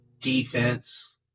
defense